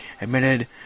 admitted